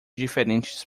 diferentes